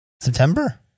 September